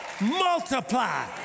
multiply